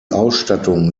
ausstattung